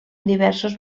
diversos